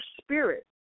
spirit